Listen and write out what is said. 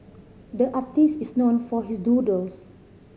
the artist is known for his doodles